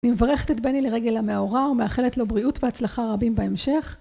אני מברכת את בני לרגל המאורע ומאחלת לו בריאות והצלחה רבים בהמשך.